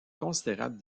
considérables